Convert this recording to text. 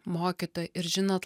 mokytoja ir žinot